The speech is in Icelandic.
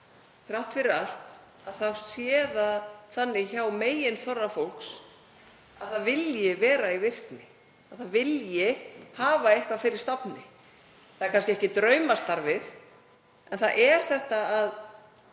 þrátt fyrir allt að þá sé það þannig hjá meginþorra fólks að það vilji vera í virkni, að það vilji hafa eitthvað fyrir stafni. Það er kannski ekki draumastarfið en það er þetta að